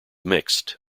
mixed